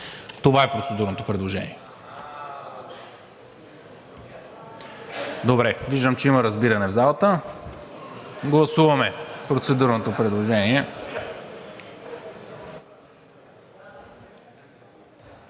Това е процедурното предложение.